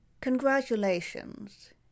Congratulations